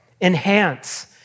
enhance